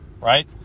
Right